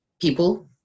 people